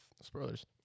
spoilers